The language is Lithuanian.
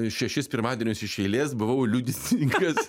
šešis pirmadienius iš eilės buvau liudininkas